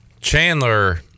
Chandler